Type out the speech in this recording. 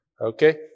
okay